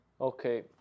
Okay